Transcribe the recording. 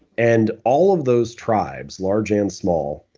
and all of those tribes, large and small,